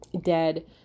dead